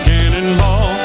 Cannonball